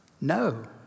No